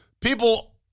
people